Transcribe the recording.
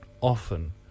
often